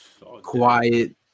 quiet